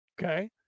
okay